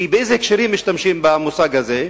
באילו הקשרים משתמשים במושג הזה?